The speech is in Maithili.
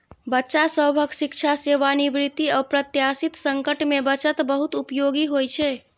बच्चा सभक शिक्षा, सेवानिवृत्ति, अप्रत्याशित संकट मे बचत बहुत उपयोगी होइ छै